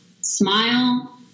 smile